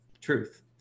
truth